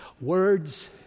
words